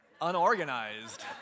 unorganized